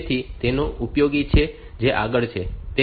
તેથી તે ઉપયોગી છે જે આગળ છે